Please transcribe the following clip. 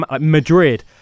Madrid